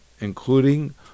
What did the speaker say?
including